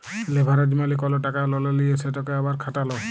leverage মালে কল টাকা ললে লিঁয়ে সেটকে আবার খাটালো